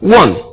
one